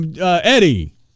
eddie